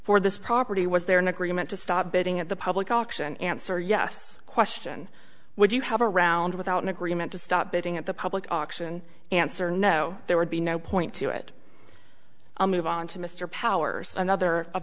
for this property was there an agreement to stop betting at the public auction answer yes question would you have a round without an agreement to stop betting at the public auction answer no there would be no point to it i'll move on to mr powers another